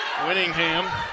Winningham